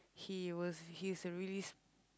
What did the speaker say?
he was he's a really s~